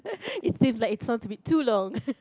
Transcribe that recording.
it seem like it sounds a bit too long